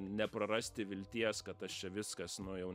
neprarasti vilties kad aš čia viskas nu jau